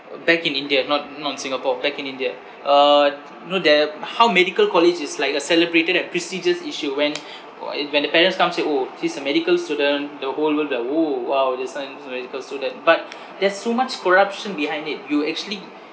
uh back in india not not in singapore back in india uh you know there how medical college is like a celebrated and prestigious issue when when the parents come say orh he's a medical student the whole world will be like !woo! !wow! your son is a medical student but there's so much corruption behind it you actually